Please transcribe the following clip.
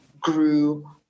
grew